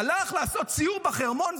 הלך לעשות סיור בחרמון,